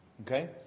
Okay